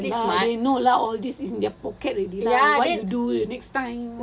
ye lah they know lah all these is in their pocket already lah what to do the next time